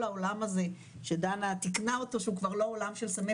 העולם הזה שדנה תיקנה אותו שהוא כבר לא עולם של סמי